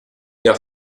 der